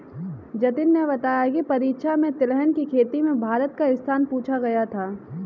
जतिन ने बताया की परीक्षा में तिलहन की खेती में भारत का स्थान पूछा गया था